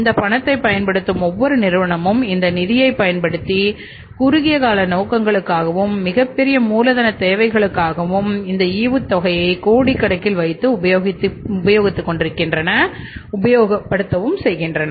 இந்த பணத்தை பயன்படுத்தும் ஒவ்வொரு நிறுவனமும் இந்த நிதியைப் பயன்படுத்தி குறுகிய கால நோக்கங்களுக்காகவும் மிகப்பெரிய மூலதன தேவைகளுக்காகவும் இந்த ஈவுத்தொகை தொகை கோடிக்கணக்கில் வைத்து உபயோகப்படுத்திக் கொள்கிறது